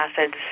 acids